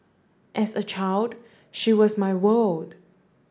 as a child she was my world